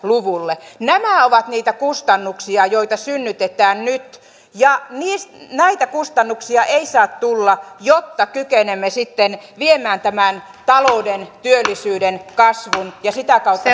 luvulle nämä ovat niitä kustannuksia joita synnytetään nyt ja näitä kustannuksia ei saa tulla jotta kykenemme sitten viemään tämän talouden ja työllisyyden kasvun ja sitä kautta